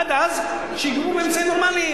עד אז שיגבו באמצעים נורמליים.